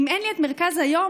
אם אין לי את מרכז היום,